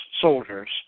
soldiers